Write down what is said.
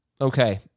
Okay